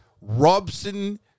Robson